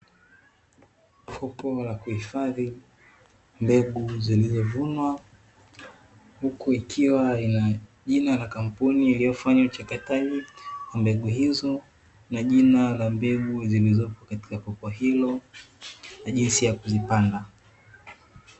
Kopo la kuifadhi mbegu zilizovunwa, huku ikiwa ina jina la kampuni iliyofanya uchakataji wa mbegu hizo, na jina la mbegu zilizopo katika kopo hilo na jinsi ya kuzipanga.